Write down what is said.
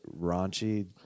raunchy